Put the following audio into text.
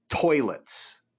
toilets